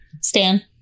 Stan